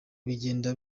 bigenda